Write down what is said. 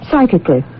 Psychically